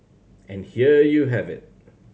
and here you have it